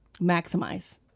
maximize